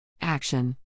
Action